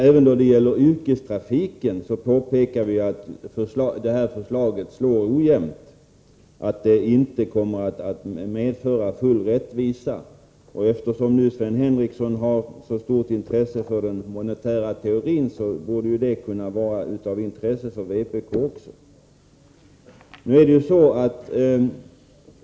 Även när det gäller yrkestrafiken påpekar vi att förslaget slår ojämnt och att det inte kommer att medföra full rättvisa. Eftersom Sven Henricsson har så stort intresse för den monetära teorin borde ju också det kunna vara av intresse för vpk.